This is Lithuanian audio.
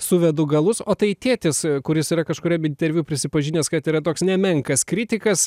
suvedu galus o tai tėtis kuris yra kažkuriam interviu prisipažinęs kad yra toks nemenkas kritikas